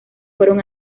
fueron